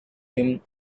him